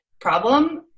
problem